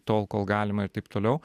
tol kol galima ir taip toliau